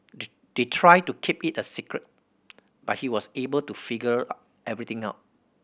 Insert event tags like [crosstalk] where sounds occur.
[unintelligible] they tried to keep it a secret but he was able to figure [unintelligible] everything out